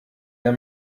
der